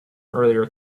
earlier